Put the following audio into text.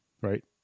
Right